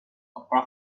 opera